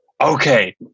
okay